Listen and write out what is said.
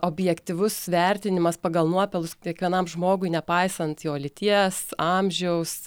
objektyvus vertinimas pagal nuopelnus kiekvienam žmogui nepaisant jo lyties amžiaus